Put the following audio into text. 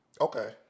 Okay